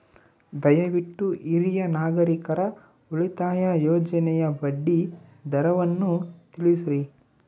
ದಯವಿಟ್ಟು ಹಿರಿಯ ನಾಗರಿಕರ ಉಳಿತಾಯ ಯೋಜನೆಯ ಬಡ್ಡಿ ದರವನ್ನು ತಿಳಿಸ್ರಿ